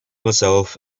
myself